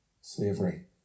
slavery